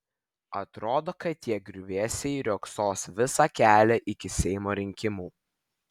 atrodo kad tie griuvėsiai riogsos visą kelią iki seimo rinkimų